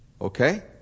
okay